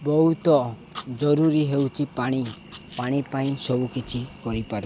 ବହୁତ ଜରୁରୀ ହେଉଛି ପାଣି ପାଣି ପାଇଁ ସବୁକିଛି କରିପାରେ